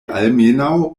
almenaŭ